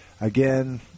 again